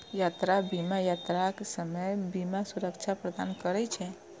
यात्रा बीमा यात्राक समय बीमा सुरक्षा प्रदान करै छै